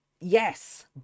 Yes